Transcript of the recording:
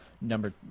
number